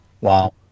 Wow